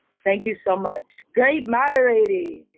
thank you so much. great moderating!